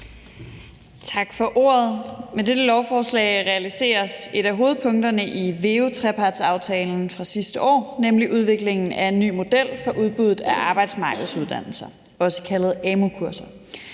Tak for ordet. Med dette lovforslag realiseres et af hovedpunkterne i VEU-trepartsaftalen fra sidste år, nemlig udviklingen af en ny model for udbuddet af arbejdsmarkedsuddannelser, også kaldet amu-kurser.